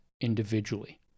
individually